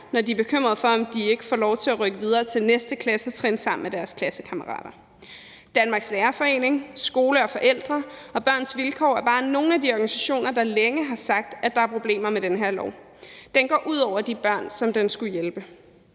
når de er bekymrede for, at de ikke får lov til at rykke videre til næste klassetrin sammen med deres klassekammerater. Danmarks Lærerforening, Skole og Forældre og Børns Vilkår er bare nogle af de organisationer, der længe har sagt, at der er problemer med den her lov. Den går ud over de børn, som den skulle hjælpe.